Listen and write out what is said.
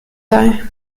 sei